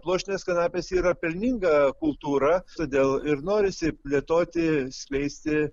pluoštinės kanapės yra pelninga kultūra todėl ir norisi plėtoti skleisti